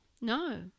No